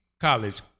college